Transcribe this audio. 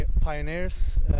pioneers